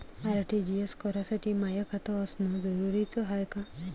RTGS करासाठी माय खात असनं जरुरीच हाय का?